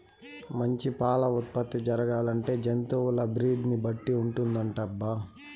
మంచి పాల ఉత్పత్తి జరగాలంటే జంతువుల బ్రీడ్ ని బట్టి ఉంటుందటబ్బా